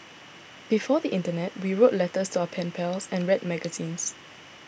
before the internet we wrote letters to our pen pals and read magazines